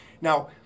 Now